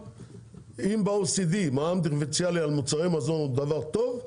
אם ב-OECD מע"מ דיפרנציאלי על מוצרי מזון הוא דבר טוב,